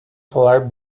falar